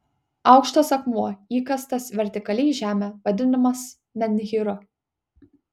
aukštas akmuo įkastas vertikaliai į žemę vadinamas menhyru